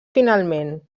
finalment